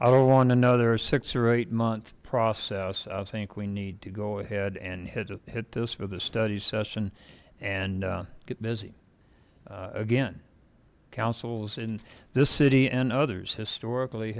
i don't want to know there are six or eight month process i think we need to go ahead and hit hit this for the study session and get busy again councils in this city and others historically